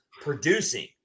producing